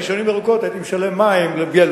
אני שנים ארוכות הייתי משלם לבילסקי,